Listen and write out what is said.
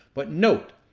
but note,